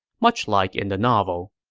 much like in the novel